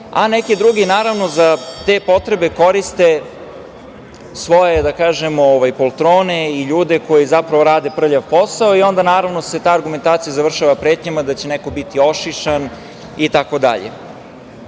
a neki drugi, naravno za te potrebe koriste svoje poltrone i ljude koji rade prljav posao i onda se ta argumentacija završava pretnjama da će neko biti ošišan, i